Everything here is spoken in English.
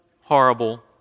horrible